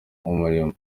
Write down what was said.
umurimo